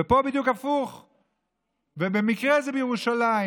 ובתי החולים הפרטיים, הציבוריים,